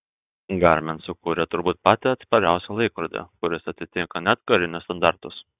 garmin sukūrė turbūt patį atspariausią laikrodį kuris atitinka net karinius standartus